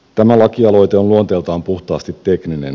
tämä lakialoite on luonteeltaan puhtaasti tekninen